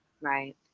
Right